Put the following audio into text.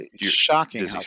Shocking